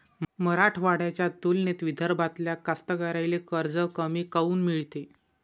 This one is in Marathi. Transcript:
मराठवाड्याच्या तुलनेत विदर्भातल्या कास्तकाराइले कर्ज कमी काऊन मिळते?